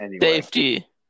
Safety